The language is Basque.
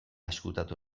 ezkutatu